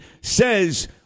says